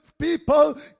people